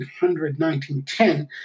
1910